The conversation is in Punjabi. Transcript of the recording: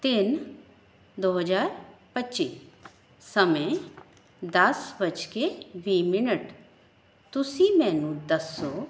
ਤਿੰਨ ਦੋ ਹਜ਼ਾਰ ਪੱਚੀ ਸਮੇਂ ਦਸ ਵੱਜ ਕੇ ਵੀਹ ਮਿੰਨਟ ਤੁਸੀਂ ਮੈਨੂੰ ਦੱਸੋ